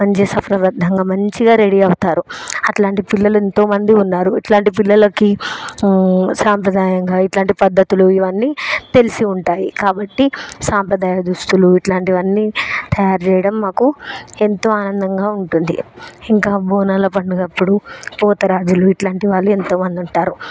మంచిగా సఫలబద్ధంగా మంచిగా రెడీ అవుతారు అలాంటి పిల్లలు ఎంతో మంది ఉన్నారు ఇలాంటి పిల్లలకి సాంప్రదాయంగా ఇలాంటి పద్ధతులు ఇవన్నీ తెలిసే ఉంటాయి కాబట్టి సాంప్రదాయ దుస్తులు ఇలాంటివన్నీ తయారు చేయడం మాకు ఎంతో ఆనందంగా ఉంటుంది ఇంకా బోనాల పండుగ అప్పుడు పోతరాజులు ఇలాంటి వాళ్ళు ఎంతో మంది ఉంటారు